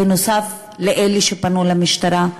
בנוסף לאלה שפנו למשטרה,